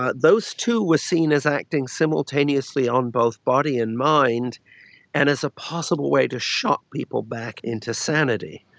ah those too were seen as acting simultaneously on both body and mind and as a possible way to shock people back into sanity.